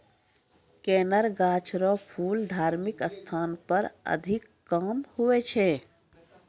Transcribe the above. कनेर गाछ रो फूल धार्मिक स्थान पर अधिक काम हुवै छै